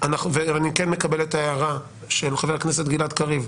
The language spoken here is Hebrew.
- אני כן מקבל את ההערה של חבר הכנסת גלעד קריב.